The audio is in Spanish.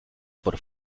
por